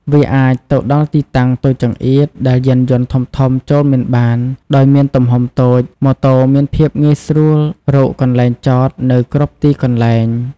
វាអាចទៅដល់ទីតាំងតូចចង្អៀតដែលយានយន្តធំៗចូលមិនបាន ដោយមានទំហំតូច ម៉ូតូមានភាពងាយស្រួលរកកន្លែងចតនៅគ្រប់ទីកន្លែង ។